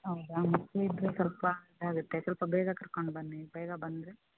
ಹೌದಾ ಮಕ್ಳು ಇದ್ದರೆ ಸ್ವಲ್ಪ ಇದಾಗತ್ತೆ ಸ್ವಲ್ಪ ಬೇಗ ಕರ್ಕೊಂಡು ಬನ್ನಿ ಬೇಗ ಬಂದರೆ